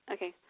Okay